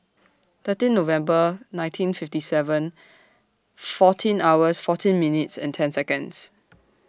thirteen November nineteen fifty seven fourteen hours fourteen minutes and ten Seconds